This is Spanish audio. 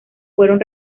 fueron